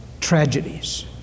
tragedies